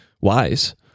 wise